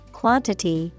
quantity